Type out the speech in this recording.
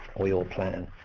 or your plan.